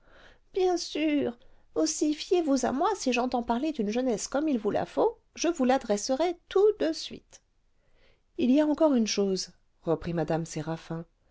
bien sûr aussi fiez-vous à moi si j'entends parler d'une jeunesse comme il vous la faut je vous l'adresserai